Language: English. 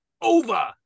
over